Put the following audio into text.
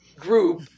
group